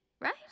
right